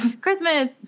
Christmas